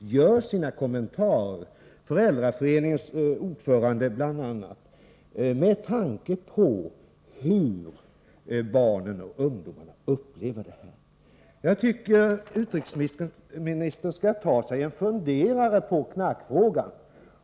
Bl.a. ordföranden i Föräldraföreningen mot narkotika är kritisk med tanke på hur barnen och ungdomarna upplever utställningen. Jag tycker att utrikesministern skall ta sig en funderare på knarkfrågan